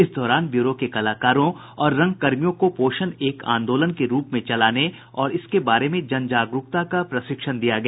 इस दौरान ब्यूरो के कलाकारों और रंगकर्मियों को पोषण को एक आंदोलन के रूप में चलाने और इसके बारे में जनजागरूकता का प्रशिक्षण दिया गया